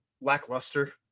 lackluster